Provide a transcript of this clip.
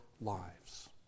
lives